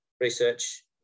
research